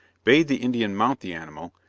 bade the indian mount the animal,